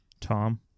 Tom